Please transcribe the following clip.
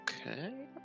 Okay